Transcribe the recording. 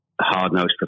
hard-nosed